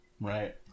right